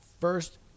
First